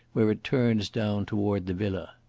where it turns down toward the villa.